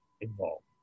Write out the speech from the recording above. involved